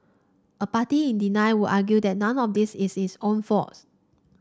a party in denial would argue that none of this is its own fault